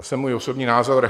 Zase můj osobní názor.